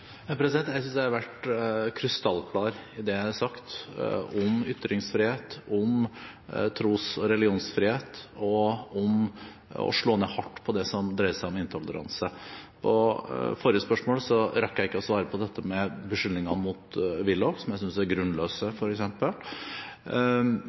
Jeg synes jeg har vært krystallklar i det jeg har sagt om ytringsfrihet, om tros- og religionsfrihet og om å slå hardt ned på det som dreier seg om intoleranse. På forrige spørsmål rakk jeg ikke å svare på dette med beskyldningene mot Willoch, som jeg synes er grunnløse.